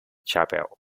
chapel